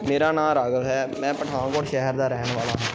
ਮੇਰਾ ਨਾਂ ਰਾਘਵ ਹੈ ਮੈਂ ਪਠਾਨਕੋਟ ਸ਼ਹਿਰ ਦਾ ਰਹਿਣ ਵਾਲਾ ਹਾਂ